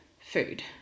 food